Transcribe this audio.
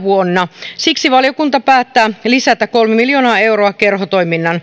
vuonna siksi valiokunta päätti lisätä kolme miljoonaa euroa kerhotoiminnan